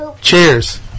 Cheers